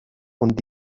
und